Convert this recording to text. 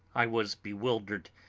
i was bewildered,